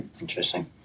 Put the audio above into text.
Interesting